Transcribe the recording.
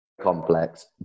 complex